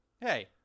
Hey